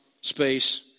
space